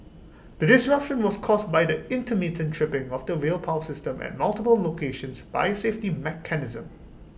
the disruption was caused by the intermittent tripping of the rail power system at multiple locations by A safety mechanism